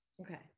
Okay